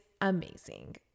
amazing